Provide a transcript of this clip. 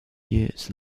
years